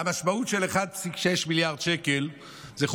והמשמעות של 1.6 מיליארד שקל היא,